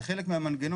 זה חלק מהמנגנון,